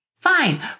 fine